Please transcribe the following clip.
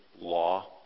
law